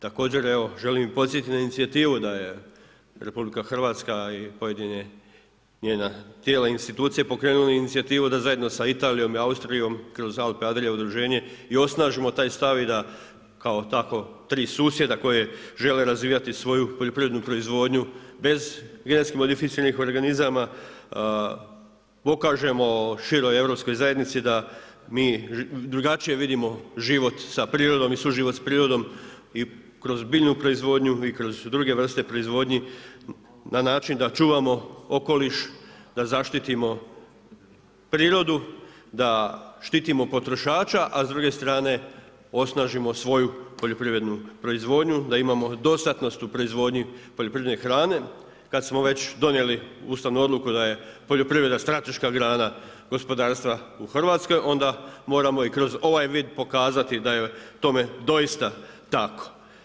Također želim podsjetiti na inicijativu da je RH i pojedina njena tijela i institucije pokrenula inicijativu da zajedno sa Italijom i Austrijom kroz Alpe-Adria udruženje i osnažimo taj stav i kao tako tri susjeda koji žele razvijati svoju poljoprivrednu proizvodnju bez GMO-a pokažemo široj europskoj zajednici da mi drugačije vidimo život sa prirodom i suživot sa prirodom i kroz biljnu proizvodnju i kroz druge vrste proizvodnji na način da čuvamo okoliš, da zaštitimo prirodu, da štitimo potrošača, a s druge strane osnažimo svoju poljoprivrednu proizvodnju, da imamo dostatnost u proizvodnji poljoprivredne hrane, kada smo već donijeli ustavnu odluku da je poljoprivreda strateška grana gospodarstva u Hrvatskoj onda moramo i kroz ovaj vid pokazati da je tome doista tako.